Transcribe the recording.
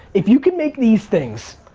if you can make these things,